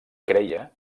creia